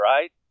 Right